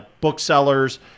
booksellers